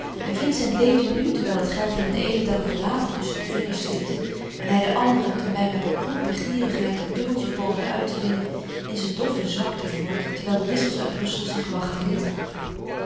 en vincent leefde nu terwijl het geld hem den eenen dag als water tusschen de vingers slipte en hij den anderen met een bijna bekrompen gierigheid een dubbeltje poogde uit te winnen in zijn doffe zwakte voort terwijl de wissels uit brussel zich wachten lieten